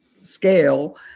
scale